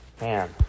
Man